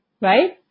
right